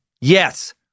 Yes